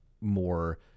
more